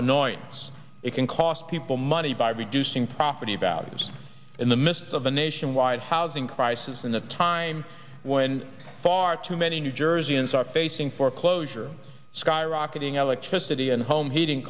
annoyance it can cost people money by reducing property values in the midst of a nationwide housing crisis and the time when far too many new jerseyans are facing foreclosure skyrocketing electricity and home heating